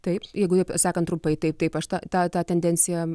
taip jeigu sakant trumpai taip taip aš tą tą tą tendenciją